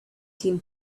tim